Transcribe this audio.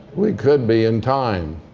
we could be in time.